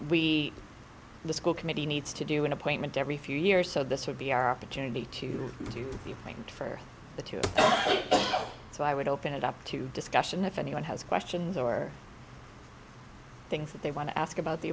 we the school committee needs to do an appointment every few years so this would be our opportunity to do the thing for the two so i would open it up to discussion if anyone has questions or things that they want to ask about the